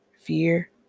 fear